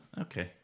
Okay